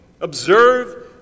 observe